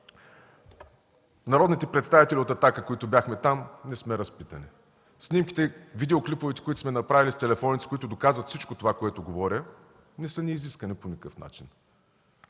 народните представители от „Атака“, които бяхме там, не сме разпитани. Снимките, които сме направили с телефоните си, които доказват всичко това, което говоря, не са ни изискани по никакъв начин.